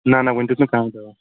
نہَ نہَ وُنہِ دیُت نہٕ کہٕنٛے دوا